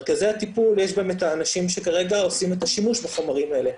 במרכזי הטיפול יש באמת את האנשים שכרגע עושים את השימוש בחומרים האלה,